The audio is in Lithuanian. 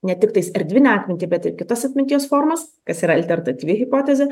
ne tik tais erdvinę atmintį bet ir kitas atminties formas kas yra altertatyvi hipotezė